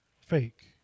fake